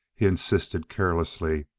he insisted carelessly.